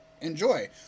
enjoy